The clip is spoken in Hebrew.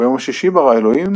ביום השישי ברא אלהים